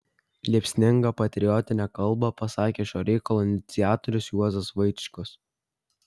liepsningą patriotinę kalbą pasakė šio reikalo iniciatorius juozas vaičkus